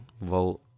vote